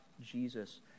Jesus